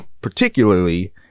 particularly